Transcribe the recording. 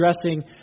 addressing